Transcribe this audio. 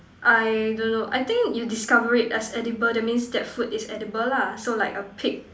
I don't know I think you discover it as edible that means that food is edible lah so like a pig